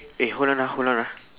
eh hold on ah hold on ah